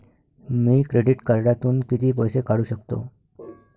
मी credit कार्डातून किती पैसे काढू शकतो?